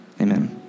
Amen